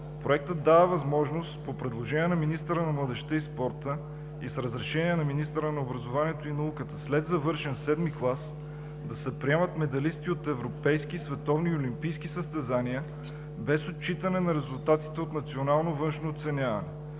Проeктът дава възможност, по предложение на министъра на младежта и спорта и с разрешение на министъра на образованието и науката, след завършен VII клас, да се приемат медалисти от европейски, световни и олимпийски състезания без отчитане на резултатите от национално външно оценяване.